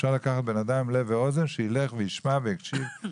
אפשר לקחת בן אדם עם לב אוזן, שילך וישמע ויקשיב.